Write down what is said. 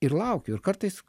ir laukiu ir kartais